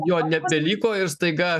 jo nebeliko ir staiga